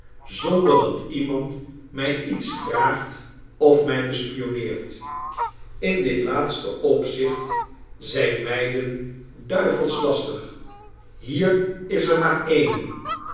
zonder dat iemand mij iets vraagt of mij bespionneert in dit laatste opzicht zijn meiden duivelsch lastig hier is er maar eene